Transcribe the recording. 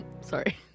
sorry